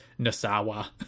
Nasawa